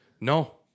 No